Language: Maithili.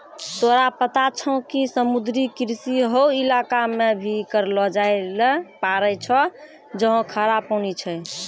तोरा पता छौं कि समुद्री कृषि हौ इलाका मॅ भी करलो जाय ल पारै छौ जहाँ खारा पानी छै